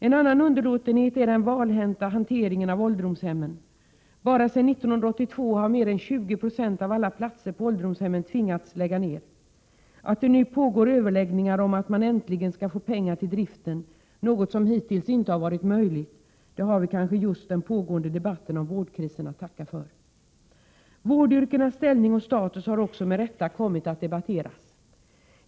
En annan underlåtenhet är den valhänta hanteringen av ålderdomshemmen. Bara sedan 1982 har mer än 20 96 av alla platser på ålderdomshemmen måst läggas ner. Att det nu pågår överläggningar om att det äntligen skall anslås pengar till driften, något som hittills inte varit möjligt, har vi kanske just den pågående debatten om vårdkrisen att tacka för. Vårdyrkenas ställning och status har med rätta kommit att debatteras.